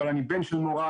אבל אני בן של מורה,